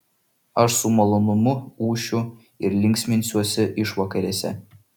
aš su malonumu ūšiu ir linksminsiuosi išvakarėse